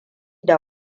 da